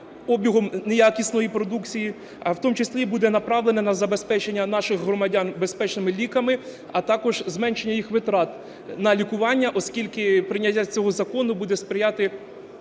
обігом неякісної продукції, а в тому числі буде направлено на забезпечення наших громадян безпечними ліками, а також зменшення їх витрат на лікування, оскільки прийняття цього закону буде сприяти